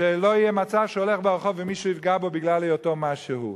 שלא יהיה מצב שהוא הולך ברחוב ומישהו יפגע בו בגלל היותו משהו.